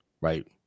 right